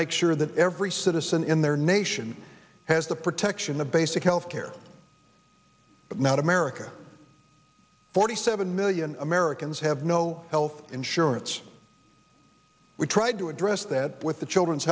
make sure that every citizen in their nation has the protection the basic health care but not america forty seven million americans have no health insurance we tried to address that with the children's